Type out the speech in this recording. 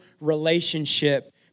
relationship